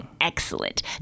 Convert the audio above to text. Excellent